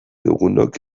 dugunok